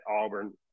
Auburn